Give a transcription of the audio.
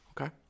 Okay